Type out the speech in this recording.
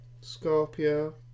Scorpio